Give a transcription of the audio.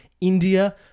India